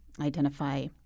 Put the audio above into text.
identify